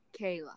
Kayla